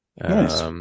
Nice